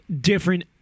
different